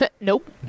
nope